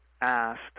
asked